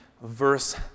verse